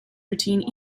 routine